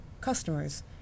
customers